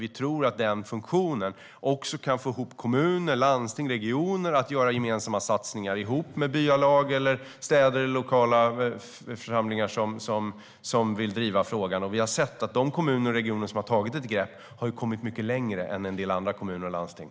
Vi tror att den funktionen kan få kommuner, landsting och regioner att göra gemensamma satsningar ihop med byalag eller städer i lokala församlingar som vill driva frågan. Vi har sett att de kommuner och regioner som har tagit ett grepp har kommit mycket längre än en del andra kommuner och landsting.